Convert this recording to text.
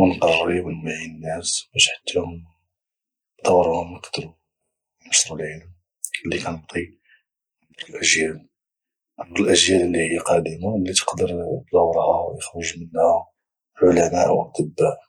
ونقري ونوعي الناس باش حتى هما بدورهم اقدرو انشرو العلم اللي كنعطي عبر الاجيال اللي هي قادمة واللي تقدر بدورها يخرج منها علماء واطباء